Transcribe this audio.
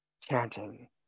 chanting